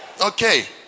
okay